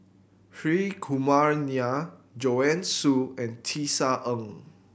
Hri Kumar Nair Joanne Soo and Tisa Ng